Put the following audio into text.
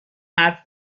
حرف